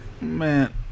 man